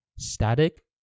Static